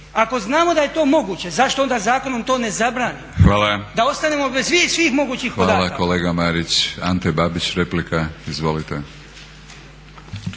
Ako znamo da je to moguće, zašto onda zakonom to ne zabrani da ostanemo bez svih mogućih podataka.